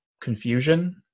confusion